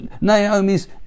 Naomi's